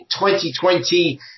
2020